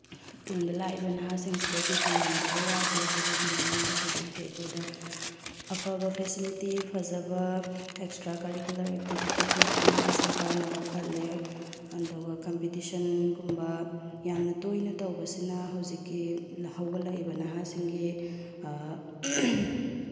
ꯇꯨꯡꯗ ꯂꯥꯛꯏꯕ ꯅꯍꯥꯁꯤꯡꯁꯤꯗꯗꯤ ꯐꯪꯍꯟꯗꯕ ꯌꯥꯗꯦ ꯍꯥꯏꯕꯒꯤ ꯃꯑꯣꯡꯗ ꯍꯧꯖꯤꯛꯇꯤ ꯑꯩꯈꯣꯏꯗ ꯑꯐꯕ ꯐꯦꯁꯤꯂꯤꯇꯤ ꯐꯖꯕ ꯑꯦꯛꯁꯇ꯭ꯔꯥ ꯀꯔꯤꯀꯨꯂꯔ ꯑꯦꯛꯇꯤꯚꯤꯇꯤꯖ ꯃꯌꯥꯝ ꯑꯃ ꯁꯔꯀꯥꯔꯅ ꯂꯧꯈꯠꯂꯦ ꯑꯗꯨꯒ ꯀꯝꯄꯤꯇꯤꯁꯟꯒꯨꯝꯕ ꯌꯥꯝꯅ ꯇꯣꯏꯅ ꯇꯧꯕꯁꯤꯅ ꯍꯧꯖꯤꯛꯀꯤ ꯍꯧꯒꯠꯂꯛꯏꯕ ꯅꯍꯥꯁꯤꯡꯒꯤ